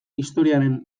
historiaren